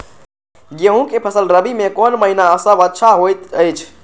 गेहूँ के फसल रबि मे कोन महिना सब अच्छा होयत अछि?